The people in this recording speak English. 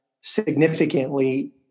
significantly